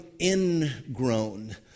ingrown